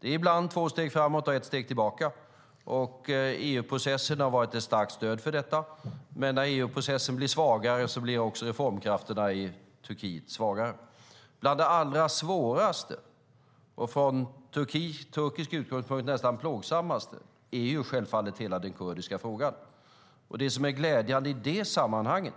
Det är ibland två steg framåt och ett steg tillbaka, och EU-processen har varit ett starkt stöd för detta. Men när EU-processen blir svagare blir också reformkrafterna i Turkiet svagare. Bland det allra svåraste, och från turkisk utgångspunkt nästan det mest plågsamma, är självfallet hela den kurdiska frågan. Det som är glädjande i sammanhanget